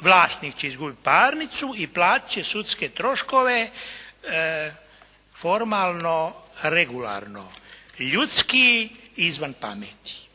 Vlasnik će izgubit parnicu i platit će sudske troškove formalno regularno. Ljudski izvan pameti.